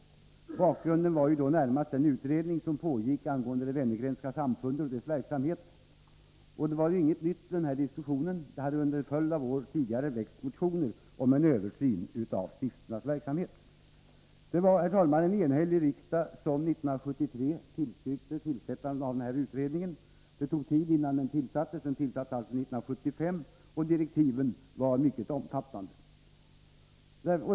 Bakgrunden var närmast den utredning som pågick angående det Wenner-Grenska samfundet och dess verksamhet. Men det var inget nytt med den diskussionen. Det hade under en följd av år tidigare väckts motioner om en översyn av stiftelsernas verksamhet. Herr talman! Det var en enhällig riksdag som 1973 tillstyrkte tillsättandet av denna utredning. Det tog tid innan den tillsattes — den tillsattes alltså 1975 — och direktiven var mycket omfattande.